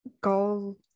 goal